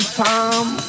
time